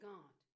God